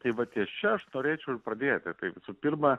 tai vat ties čia aš norėčiau pradėti tai visų pirma